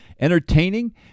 entertaining